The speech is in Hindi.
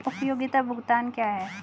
उपयोगिता भुगतान क्या हैं?